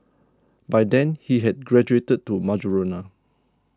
by then he had graduated to marijuana